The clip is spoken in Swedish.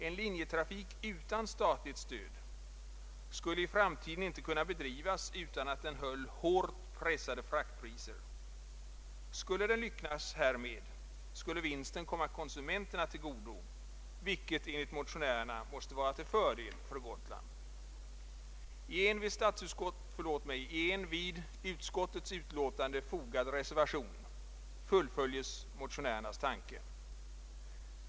En linjetrafik utan statligt stöd skulle i framtiden inte kunna bedrivas, utan att den höll hårt pressade fraktpriser. Skulle den lyckas härmed, skulle vinsten komma konsumenterna till godo, vilket enligt motionärerna måste vara till fördel för Gotland. I en vid utskottets utlåtande fogad reservation fullföljes motionärernas tanke.